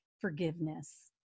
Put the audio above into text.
forgiveness